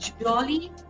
jolly